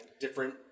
different